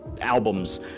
albums